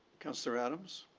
councillor adams?